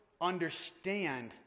understand